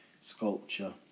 sculpture